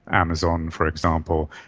amazon, for example,